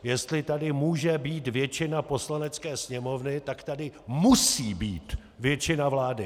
Jestli tady může být většina Poslanecké sněmovny, tak tady musí být většina vlády!